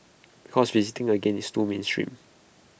because visiting again is too mainstream